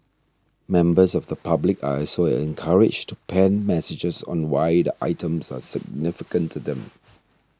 members of the public are also encouraged to pen messages on why the items are significant to them